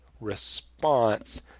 response